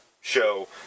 show